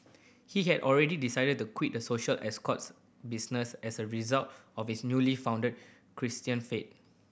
he had already decided to quit the social escorts business as a result of his newly found Christian faith